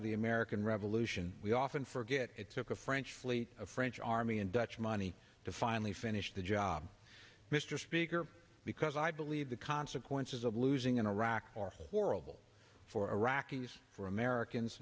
of the american revolution we often forget it took a french fleet of french army and dutch money to finally finish the job mr speaker because i believe the consequences of losing in iraq are horrible for iraqis for americans